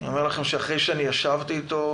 אחרי שישבתי איתו